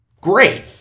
great